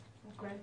אוקיי.